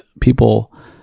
people